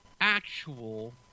actual